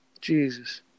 Jesus